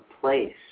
place